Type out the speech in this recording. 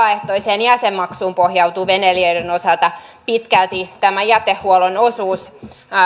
vapaaehtoiseen jäsenmaksuun pohjautuu veneilijöiden osalta tämä jätehuollon osuus